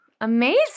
Amazing